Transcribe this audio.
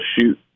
shoot